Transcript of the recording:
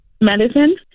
medicine